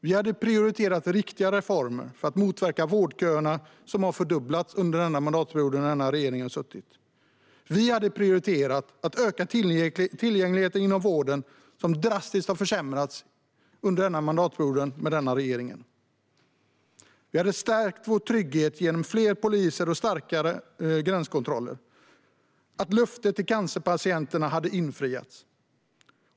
Vi hade prioriterat riktiga reformer för att motverka vårdköerna, som har fördubblats under den mandatperiod som den här regeringen har suttit vid makten. Vi hade prioriterat att öka tillgängligheten inom vården, som drastiskt har försämrats under den mandatperiod som den här regeringen har suttit vid makten. Vi hade stärkt tryggheten genom fler poliser och starkare gränskontroller. Löftet till cancerpatienterna hade infriats.